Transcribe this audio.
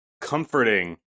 comforting